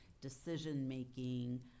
decision-making